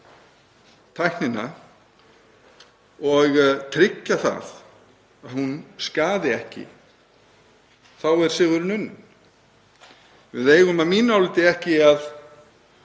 tæknina og tryggja að hún skaði ekki er sigurinn unninn. Við eigum að mínu áliti ekki að